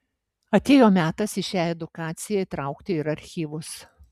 atėjo metas į šią edukaciją įtraukti ir archyvus